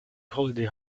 holiday